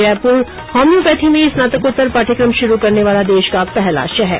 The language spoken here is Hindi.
जयपुर होम्योपैथी में स्नातकोत्तर पाठ्यक्रम शुरू करने वाला देश का पहला शहर